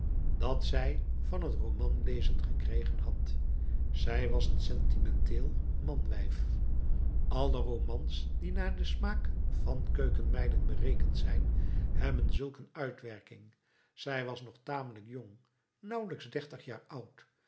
dat zij van het romanlezen gekregen had zij was een sentimenteel manwijf alle romans die naar den smaak van keukenmeiden berekend zijn hebben zulk een uitwerking zij was nog tamelijk jong nauwelijks dertig jaar oud